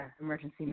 emergency